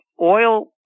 Oil